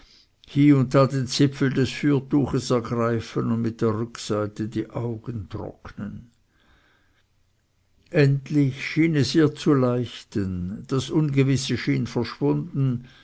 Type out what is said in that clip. den zipfel des fürtuches ergreifen und mit der rückseite die augen trocknen endlich schien es ihr zu leichten das ungewisse schien verschwunden